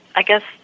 i guess,